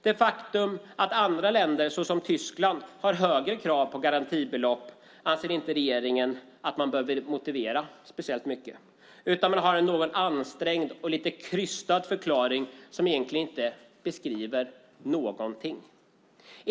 Det faktum att andra länder, så som Tyskland, har högre krav på garantibelopp anser inte regeringen att man behöver motivera speciellt mycket, utan man har en något ansträngd och krystad förklaring som egentligen inte beskriver någonting.